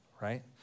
right